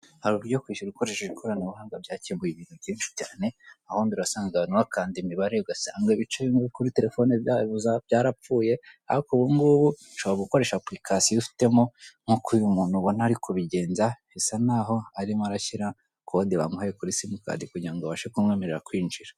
Hari uburyo kwishyura ukoreshe ikoranabuhanga byakemuwe ibintu byinshi cyane aho mbere wasanganga abantu bakanda imibare ugasanga ibice bimwe byo kuri telefone zabo byarapfuye ariko ubungubu ushobora gukoresha apurikasiyo ufitemo nk'uko uyu muntu ubona ari kubigenza bisa nkaho arimo arashyira kode bamuhaye kuri simukadi kugira ngo babashe kumwemerera kwinjira.